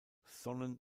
sonnen